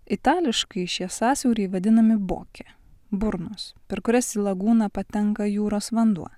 itališkai šie sąsiauriai vadinami bokė burnos per kurias į lagūną patenka jūros vanduo